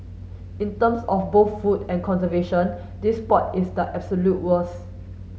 in terms of both food and conservation this spot is the absolute worst